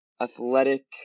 athletic